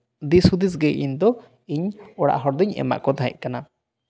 ᱫᱤᱥᱦᱩᱫᱤᱥ ᱜᱮ ᱤᱧ ᱫᱚ ᱤᱧ ᱚᱲᱟᱜ ᱦᱚᱲ ᱫᱩᱧ ᱮᱢᱟᱫ ᱠᱚ ᱛᱟᱦᱮᱸᱠᱟᱱᱟ